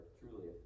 truly